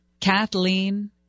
Kathleen